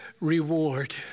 reward